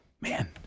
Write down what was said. man